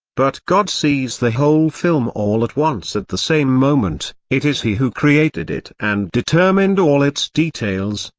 but god sees the whole film all at once at the same moment it is he who created it and determined all its details.